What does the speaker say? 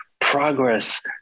progress